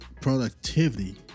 productivity